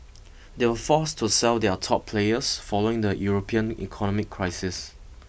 they were forced to sell their top players following the European economic crisis